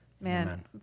man